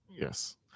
Yes